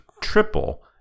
triple